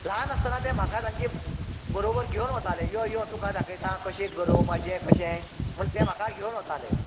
ल्हान आसतना ते म्हाका तांचे बरोबर घेवन वताले यो यो तुका दाखयतां कशें गरोवपाचें कशें म्हूण ते म्हाका घेवन वताले